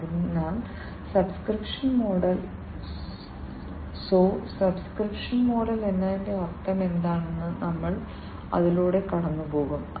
അതിനാൽ subscription model so subscription model എന്നതിന്റെ അർത്ഥമെന്താണെന്ന് ഞങ്ങൾ അതിലൂടെ പോകും